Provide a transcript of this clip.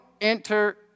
enter